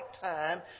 time